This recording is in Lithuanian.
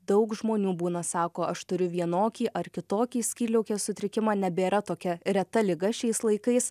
daug žmonių būna sako aš turiu vienokį ar kitokį skydliaukės sutrikimą nebėra tokia reta liga šiais laikais